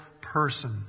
person